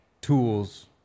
tools